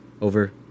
over